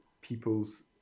people's